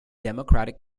democratic